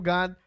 God